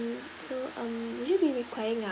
um so um will you be requiring